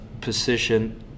position